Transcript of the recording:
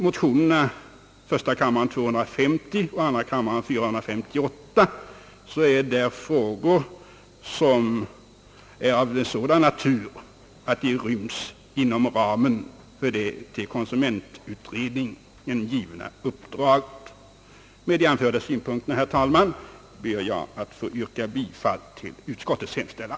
Motionerna 1: 250 och II: 458 berör frågor som är av sådan natur att de ryms inom ramen för det till konsumentutredningen givna uppdraget. Med de anförda synpunkterna ber jag, herr talman, att få yrka bifall till utskottets hemställan.